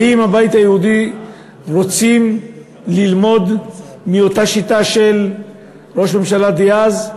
האם הבית היהודי רוצים ללמוד מאותה שיטה של ראש הממשלה דאז,